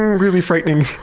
really frightening